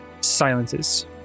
silences